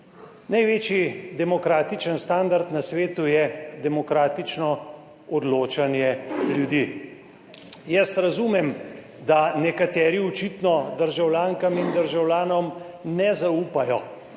Največji demokratičen standard na svetu je demokratično odločanje ljudi. Jaz razumem, da nekateri očitno državljankam in državljanom ne zaupajo,